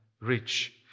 rich